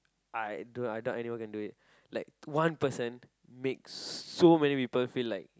I do I doubt anyone can do it like one person make so many people feel like